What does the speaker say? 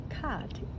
card